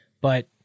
but-